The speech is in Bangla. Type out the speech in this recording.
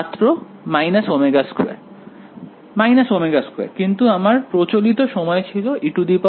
ছাত্র ω2 ω2 কিন্তু আমার প্রচলিত সময় ছিল ejωt